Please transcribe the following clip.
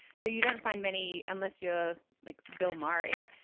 so you don't find many unless you're like bill murray.